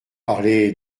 parler